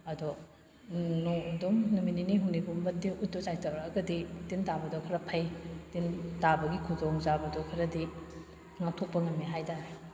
ꯑꯗꯣ ꯅꯣꯡ ꯑꯗꯨꯝ ꯅꯨꯃꯤꯠ ꯅꯤꯅꯤ ꯍꯨꯝꯅꯤꯒꯨꯝꯕꯗꯤ ꯎꯠꯇꯣ ꯆꯥꯏꯊꯣꯔꯛꯑꯒꯗꯤ ꯇꯤꯟ ꯇꯥꯕꯗꯣ ꯈꯔ ꯐꯩ ꯇꯤꯟ ꯇꯥꯕꯒꯤ ꯈꯨꯗꯣꯡꯆꯥꯕꯗꯨ ꯈꯔꯗꯤ ꯉꯥꯛꯊꯣꯛꯄ ꯉꯝꯃꯤ ꯍꯥꯏ ꯇꯥꯔꯦ